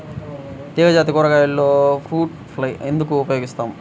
తీగజాతి కూరగాయలలో fruit fly ఎందుకు ఉపయోగిస్తాము?